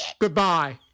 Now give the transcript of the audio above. Goodbye